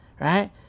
right